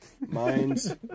Mine's